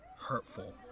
hurtful